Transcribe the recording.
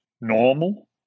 normal